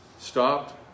stopped